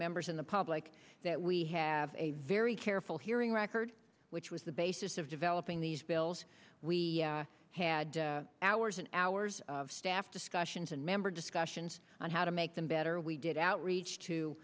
members in the public that we have a very careful hearing record which was the basis of developing these bills we had hours and hours of staff discussions and member discussions on how to make them better we did outreach to